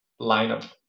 lineup